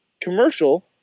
commercial